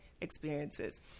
experiences